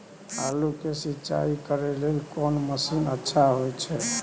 आलू के सिंचाई करे लेल कोन मसीन अच्छा होय छै?